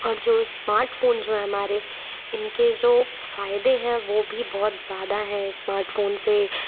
और जो स्मार्टफ़ोन जो हैं हमारे इनके जो फ़ायदे हैं वो भी बहुत ज़्यादा है स्मार्टफ़ोन से